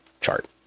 chart